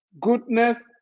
goodness